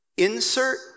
Insert